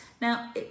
Now